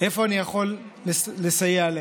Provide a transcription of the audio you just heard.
איפה אני יכול לסייע להם.